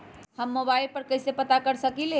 हम मोबाइल पर कईसे पता कर सकींले?